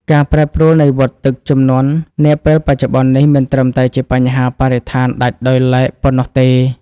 ការប្រែប្រួលនៃវដ្តទឹកជំនន់នាពេលបច្ចុប្បន្ននេះ មិនត្រឹមតែជាបញ្ហាបរិស្ថានដាច់ដោយឡែកប៉ុណ្ណោះទេ។